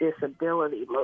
disability